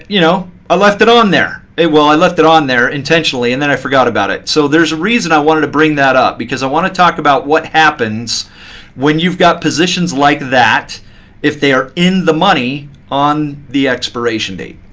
you know i left it on there. well, i left it on there intentionally, and then i forgot about it. so there's a reason i wanted to bring that up, because i want to talk about what happens when you've got positions like that if they are in the money on the expiration date.